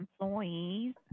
employees